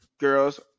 Girls